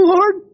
Lord